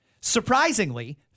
surprisingly